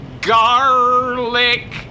Garlic